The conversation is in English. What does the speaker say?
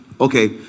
okay